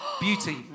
beauty